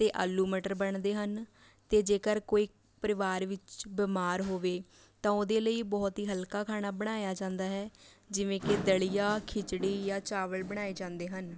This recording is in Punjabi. ਅਤੇ ਆਲੂ ਮਟਰ ਬਣਦੇ ਹਨ ਅਤੇ ਜੇਕਰ ਕੋਈ ਪਰਿਵਾਰ ਵਿੱਚ ਬਿਮਾਰ ਹੋਵੇ ਤਾਂ ਉਹਦੇ ਲਈ ਬਹੁਤ ਹੀ ਹਲਕਾ ਖਾਣਾ ਬਣਾਇਆ ਜਾਂਦਾ ਹੈ ਜਿਵੇਂ ਕਿ ਦਲੀਆ ਖਿਚੜੀ ਜਾਂ ਚਾਵਲ ਬਣਾਏ ਜਾਂਦੇ ਹਨ